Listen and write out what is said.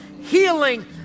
healing